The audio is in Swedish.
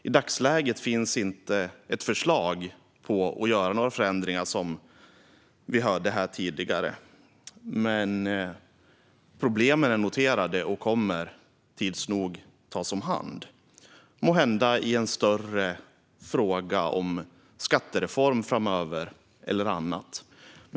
I dagsläget finns inte ett förslag att göra några förändringar, som vi hörde här tidigare. Men problemen är noterade och kommer tids nog att tas om hand, måhända i en större fråga om skattereform framöver eller annat.